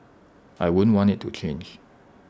I wouldn't want IT to change